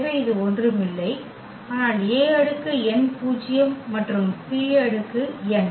எனவே இது ஒன்றுமில்லை ஆனால் A அடுக்கு n பூஜ்ஜியம் மற்றும் P அடுக்கு n